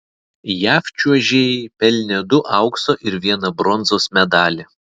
jav čiuožėjai pelnė du aukso ir vieną bronzos medalį